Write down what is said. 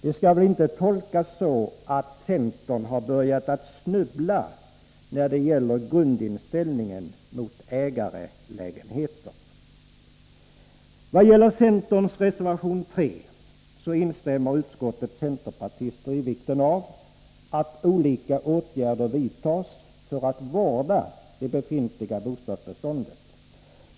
Det skall väl inte tolkas så, att centern har börjat snubbla när det gäller | grundinställningen mot ägarlägenheter? I centerns reservation 3 instämmer utskottets centerpartister i att det är viktigt att olika åtgärder vidtas för att vårda det befintliga bostadsbeståndet.